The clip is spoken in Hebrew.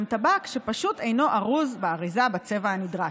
טבק שפשוט אינו ארוז באריזה בצבע הנדרש.